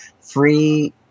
free